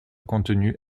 contenu